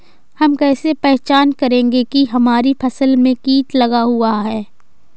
हम कैसे पहचान करेंगे की हमारी फसल में कीट लगा हुआ है?